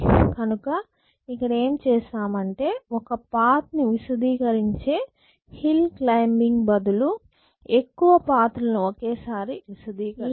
కనుక ఇక్కడ ఏమి చేసామంటే ఒక పాత్ ని విశదీకరించే హిల్ క్లైమ్బింగ్ బదులు ఎక్కువ పాత్ లను ఒకేసారి విశదీకరిస్తున్నాం